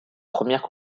premières